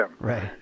Right